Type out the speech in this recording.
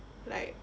like